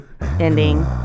ending